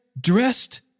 dressed